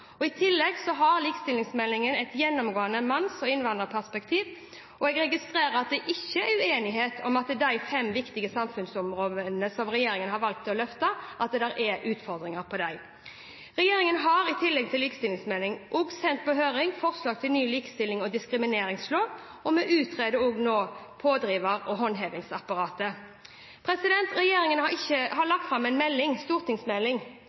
I tillegg har likestillingsmeldingen et gjennomgående manns- og innvandrerperspektiv, og jeg registrerer at det ikke er uenighet om at det er utfordringer på de fem viktige samfunnsområdene som regjeringen har valgt løfte fram. Regjeringen har i tillegg til likestillingsmeldingen sendt på høring forslag til ny likestillings- og diskrimineringslov, og vi utreder nå også pådriver- og håndhevingsapparatet. Regjeringen har lagt fram en stortingsmelding